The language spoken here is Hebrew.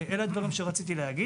לגבי